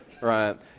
right